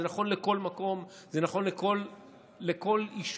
זה נכון לכל מקום, זה נכון לכל יישוב.